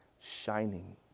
shining